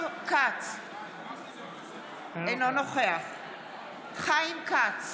אינו נוכח חיים כץ,